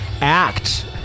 Act